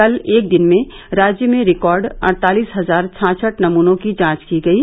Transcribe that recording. कल एक दिन में राज्य में रिकॉर्ड अड़तालिस हजार छाछठ नमूनों की जांच की गयी